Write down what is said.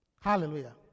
Hallelujah